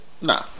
nah